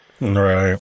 right